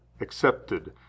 accepted